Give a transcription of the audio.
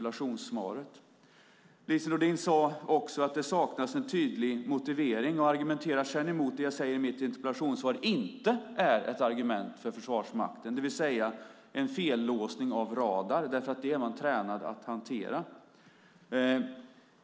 Lise Nordin sade också att det saknas en tydlig motivering och argumenterar sedan för att det jag tar upp i mitt interpellationssvar - fellåsning av radar - inte är ett argument för Försvarsmakten, eftersom man är tränad att hantera det.